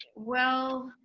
well,